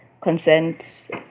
consent